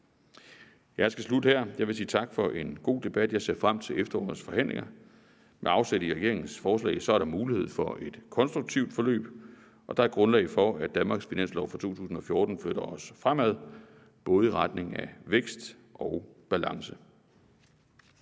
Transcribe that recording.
Jeg skal slutte her. Jeg vil sige tak for en god debat. Jeg ser frem til efterårets forhandlinger. Med afsæt i regeringens forslag er der mulighed for et konstruktivt forløb, og der er grundlag for, at Danmarks finanslov for 2014 flytter os fremad i retning af både vækst og balance.